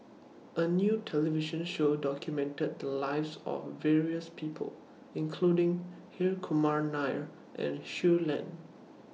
A New television Show documented The Lives of various People including Hri Kumar Nair and Shui Lan